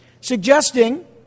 suggesting